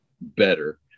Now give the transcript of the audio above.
better